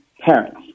parents